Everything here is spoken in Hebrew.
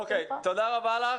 תודה רבה לך.